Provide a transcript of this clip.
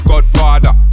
Godfather